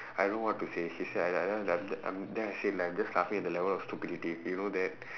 I don't know what to say she say I am then I say like I am just laughing at the level of stupidity you know that